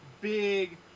Big